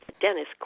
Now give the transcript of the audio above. Dennis